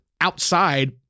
outside